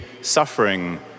suffering